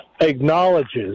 acknowledges